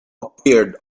appeared